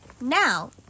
now